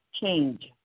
change